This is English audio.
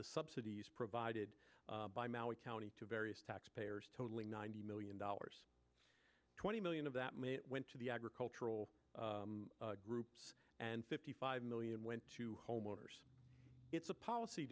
the subsidies provided by maui county to various tax payers totaling ninety million dollars twenty million of that may went to the agricultural groups and fifty five million went to homeowners it's a policy